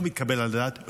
לא מתקבל על הדעת,